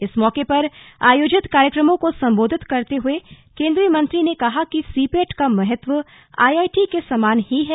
इस मौके पर आयोजित कार्यक्रम को संबोधित करते हुए केंद्रीय मंत्री ने कहा कि सिपेट का महत्व आईआईटी के समान ही है